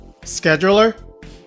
scheduler